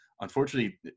Unfortunately